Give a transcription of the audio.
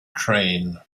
train